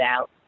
out